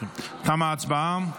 תמה ההצבעה.